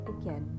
again